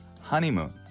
honeymoon